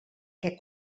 què